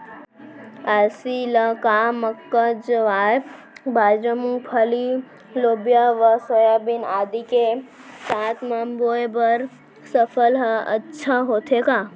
अलसी ल का मक्का, ज्वार, बाजरा, मूंगफली, लोबिया व सोयाबीन आदि के साथ म बोये बर सफल ह अच्छा होथे का?